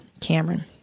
Cameron